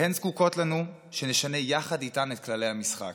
והן זקוקות לנו שנשנה יחד איתן את כללי המשחק.